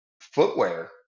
footwear